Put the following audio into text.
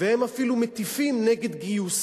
והם אפילו מטיפים נגד גיוס.